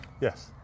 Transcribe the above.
Yes